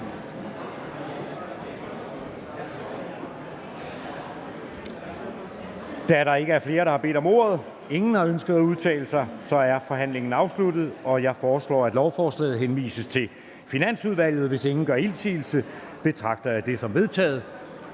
Da der ikke er nogen, der har bedt om ordet – ingen har ønsket at udtale sig – er forhandlingen afsluttet. Jeg foreslår, at lovforslaget henvises til Finansudvalget, og hvis ingen gør indsigelse, betragter jeg det som vedtaget.